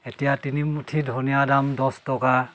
এতিয়া তিনি মুঠি ধনীয়াৰ দাম দহ টকা